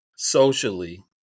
Socially